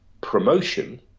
promotion